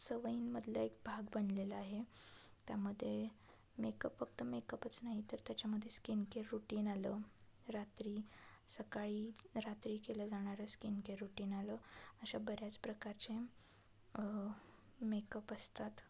सवयींमधला एक भाग बनलेला आहे त्यामध्ये मेकअप फक्त मेकअपच नाही तर त्याच्यामध्ये स्किन केअर रुटीन आलं रात्री सकाळी रात्री केलं जाणारं स्किन केअर रुटीन आलं अशा बऱ्याच प्रकारचे मेकअप असतात